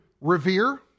revere